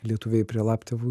lietuviai prie laptevų